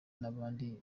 n’abandi